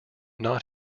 not